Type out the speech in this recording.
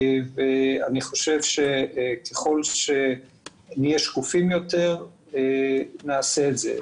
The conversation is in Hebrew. אני חושב שככל שנהיה שקופים יותר זה חשוב.